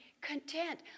content